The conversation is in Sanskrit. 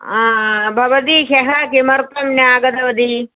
भवती ह्यः किमत्थं न आगतवती